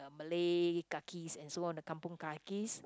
Malay kakis and so are the kampung kakis